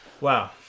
Wow